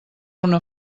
una